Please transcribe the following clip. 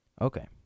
Okay